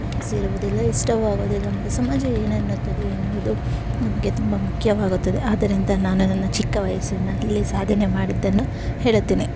ಮನಸ್ಸಿರುವುದಿಲ್ಲ ಇಷ್ಟವಾಗೋದಿಲ್ಲ ಮತ್ತೆ ಸಮಾಜವು ಏನೆನ್ನುತ್ತದೆ ಎನ್ನುವುದು ನಮಗೆ ತುಂಬ ಮುಖ್ಯವಾಗುತ್ತದೆ ಆದ್ದರಿಂದ ನಾನು ಅದನ್ನು ಚಿಕ್ಕ ವಯಸ್ಸಿನಲ್ಲಿ ಸಾಧನೆ ಮಾಡಿದ್ದನ್ನು ಹೇಳುತ್ತೇನೆ